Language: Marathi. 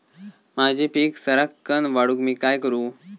माझी पीक सराक्कन वाढूक मी काय करू?